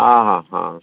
ହଁ ହଁ ହଁ